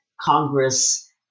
Congress